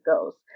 goes